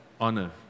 honor